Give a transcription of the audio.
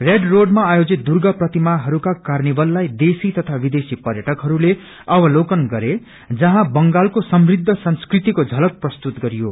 red रोडमा आयोजित दुर्गा प्रतिमाहरूका कार्निवललाई देशी तती विदेशी पर्यटकहरूले अवलोकन गरे जहाँ बंगालको समृद्ध संस्कृतिको झलक प्रस्तुत गरियो